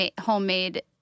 homemade